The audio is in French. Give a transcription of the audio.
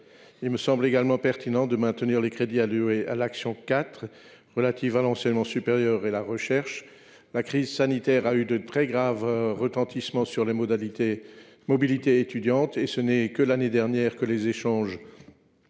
Il me semble également pertinent de maintenir les crédits alloués à l’action n° 04 « Enseignement supérieur et recherche ». La crise sanitaire a eu de très graves retentissements sur la mobilité étudiante, et c’est seulement l’année dernière que les échanges ont